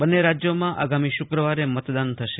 બંને રાજ્યોમાં આગામી શુક્રવારે મતદાન થશે